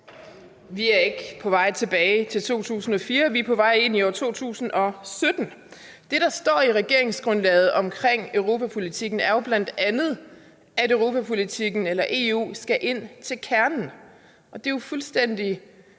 Vi er ikke på vej tilbage til 2004, vi er på vej ind i år 2017. Det, der står i regeringsgrundlaget om europapolitikken, er jo bl.a., at europapolitikken eller EU skal ind til kernen. Det er jo fuldstændig